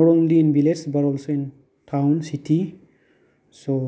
बरंदिन village town city स'